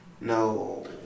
No